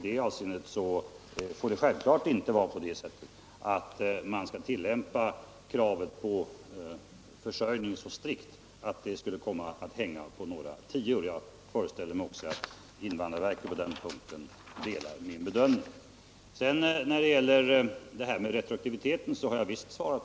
Det får självklart inte vara så att man skall tillämpa kravet på försörjning så strikt att det skulle komma att hänga på några tior. Jag föreställer mig också att invandrarverket på den punkten delar min bedömning. Frågan om retroaktiviteten har jag besvarat.